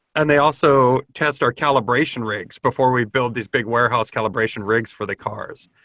and they also test our calibration rigs before we build these big warehouse calibration rigs for the cars.